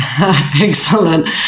excellent